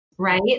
right